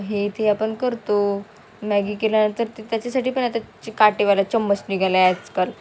हे ते आपण करतो मॅगी केल्यानंतर ते त्याच्यासाठी पण आता काटेवाला चम्मच निघालं आहे आजकाल